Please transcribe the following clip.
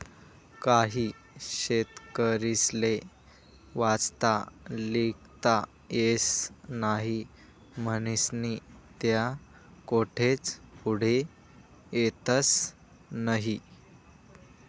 काही शेतकरीस्ले वाचता लिखता येस नही म्हनीस्नी त्या कोठेच पुढे येतस नही